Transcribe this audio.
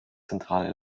zentrale